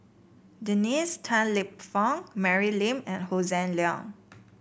Dennis Tan Lip Fong Mary Lim and Hossan Leong